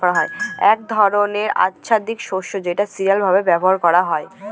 এক ধরনের আচ্ছাদিত শস্য যেটা সিরিয়াল হিসেবে ব্যবহার করা হয়